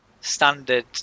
standard